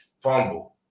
Fumble